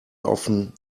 often